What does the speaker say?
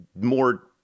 more